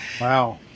Wow